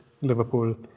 Liverpool